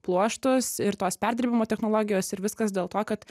pluoštus ir tos perdirbimo technologijos ir viskas dėl to kad